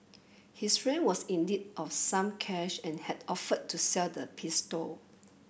his friend was in need of some cash and had offered to sell the pistol